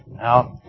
out